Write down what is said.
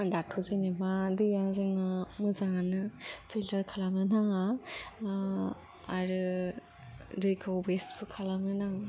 आरो दाथ' जेनेबा दैआ जोंना मोजाङानो फिल्टार खालामनो नाङा आरो दैखौ वेस्टबो खालामनो नाङा